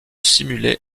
simuler